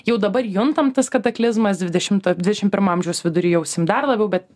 jau dabar juntam tas kataklizmas dvidešimto dvidešimt pirmo amžiaus vidury jausim dar labiau bet